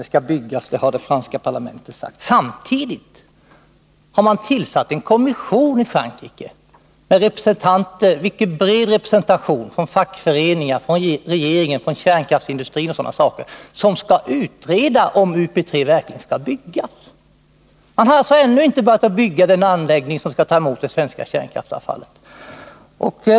Den skall byggas, har det franska parlamentet sagt. Samtidigt har man i Frankrike tillsatt en kommission, med bred representation från fackföreningar, regeringen, kärnkraftsindustrin m.fl. som skall utreda om UP 3 verkligen skall byggas. Man har alltså ännu inte börjat bygga den anläggning som skall ta emot det svenska kärnkraftsavfallet.